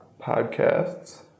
podcasts